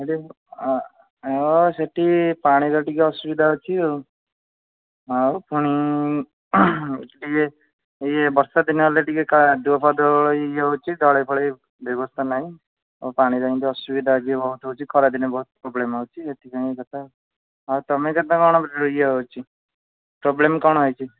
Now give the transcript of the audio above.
ସେଠି ଆଉ ସେଠି ପାଣିର ଟିକେ ଅସୁବିଧା ଅଛି ଆଉ ଆଉ ପୁଣି ଇୟେ ଇୟେ ବର୍ଷାଦିନ ହେଲେ ଟିକେ କାଦୁଅ ଫାଦୁଅ ଇଏ ହେଉଛି ଢ଼ଳେଇ ଫଳେଇ ବ୍ୟବସ୍ତା ନାଇଁ ଆଉ ପାଣିର ଏମିତି ଅସୁବିଧା ଇୟେ ବହୁତ ହେଉଛି ଖରାଦିନେ ବହୁତ ପ୍ରୋବ୍ଲେମ ହେଉଛି ଏଠି ଏମିତିତ ଆଉ ତମେ କେତେ କଣ ଇଏ ହେଉଛି ପ୍ରୋବ୍ଲେମ କଣ ହେଇଛି